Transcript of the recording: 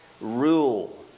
rule